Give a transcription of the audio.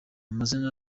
amazina